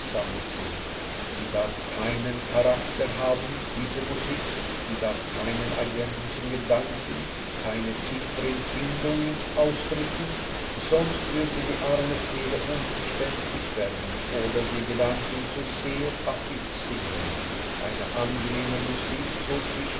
gesammelt sind sie darf keinen charakter haben diese musik sie darf keinen eigentlichen gedanken keine tiefere empfindung ausdrücken sonst würde die arme seele unverständlich werden oder die gedanken zu sehr affizeren eine angenehme musik so zwischen